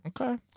Okay